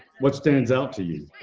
what stands out to you?